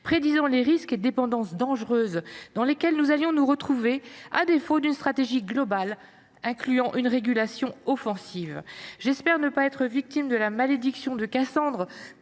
prédisant les risques et les dépendances dangereuses dans lesquelles nous allions nous retrouver à défaut d’une stratégie globale incluant une régulation offensive. J’espère ne pas être victime de la malédiction de Cassandre,